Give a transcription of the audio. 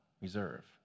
reserve